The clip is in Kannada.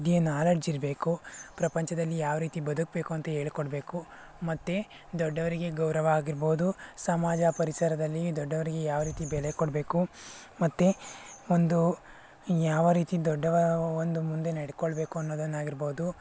ವಿದ್ಯೆ ನಾಲೆಡ್ಜ್ ಇರಬೇಕು ಪ್ರಪಂಚದಲ್ಲಿ ಯಾವ ರೀತಿ ಬದುಕಬೇಕು ಅಂತ ಹೇಳಿಕೊಡ್ಬೇಕು ಮತ್ತು ದೊಡ್ಡವರಿಗೆ ಗೌರವ ಆಗಿರ್ಬೋದು ಸಮಾಜ ಪರಿಸರದಲ್ಲಿ ದೊಡ್ಡವರಿಗೆ ಯಾವ ರೀತಿ ಬೆಲೆ ಕೊಡಬೇಕು ಮತ್ತು ಒಂದು ಯಾವ ರೀತಿ ದೊಡ್ಡವ ಒಂದು ಮುಂದೆ ನಡ್ಕೊಳ್ಬೇಕು ಅನ್ನೋದನ್ನಾಗಿರ್ಬೋದು